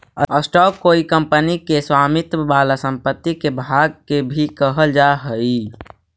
stock कोई company के स्वामित्व वाला संपत्ति के भाग के भी कहल जा हई